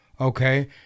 Okay